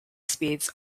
speeds